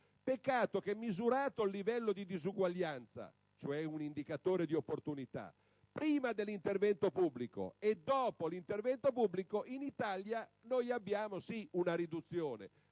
Peccato che, misurato il livello di disuguaglianza (cioè un indicatore di opportunità) prima dell'intervento pubblico e dopo l'intervento pubblico, risulta che in Italia si registra una riduzione,